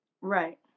Right